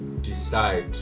decide